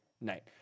night